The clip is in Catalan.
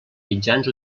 mitjans